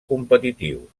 competitiu